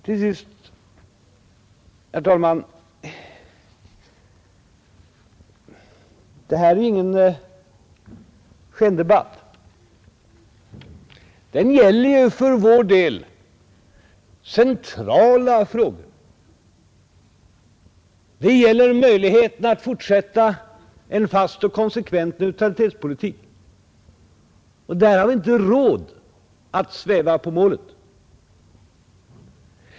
Till sist, herr talman: detta är ingen skendebatt. Den gäller ju för vår del centrala frågor. Den gäller möjligheten att fortsätta en fast och konsekvent neutralitetspolitik. Där har vi inte råd att sväva på målet.